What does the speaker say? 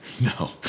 No